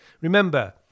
Remember